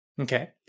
Okay